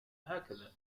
هكذا